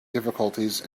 difficulties